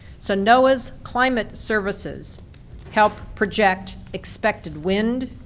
so noaa's climate services helped project expected wind,